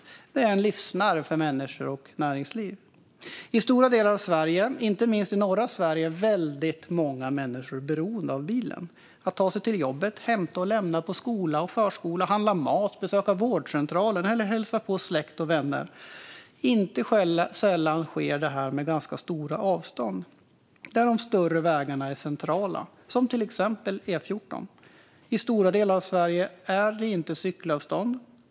Det är en livsnerv för människor och näringsliv. I stora delar av Sverige, inte minst i norra Sverige, är väldigt många människor beroende av bilen för att ta sig till jobbet, hämta och lämna på skola och förskola, handla mat, besöka vårdcentralen eller hälsa på släkt och vänner. Inte sällan är det ganska stora avstånd. De större vägarna är centrala, till exempel E14. I stora delar av Sverige är det inte cykelavstånd.